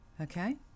Okay